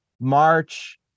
March